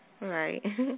Right